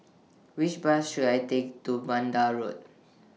Which Bus should I Take to Vanda Road